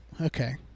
Okay